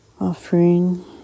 offering